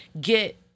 get